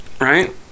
Right